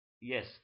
yes